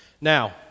Now